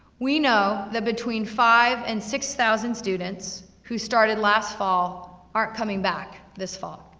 we know that between five and six thousand students who started last fall, aren't coming back this fall.